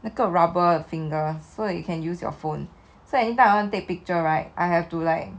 那个 rubber the finger so that you can use your phone so anytime I want take picture right I have to like